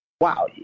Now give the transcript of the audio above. wow